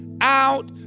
out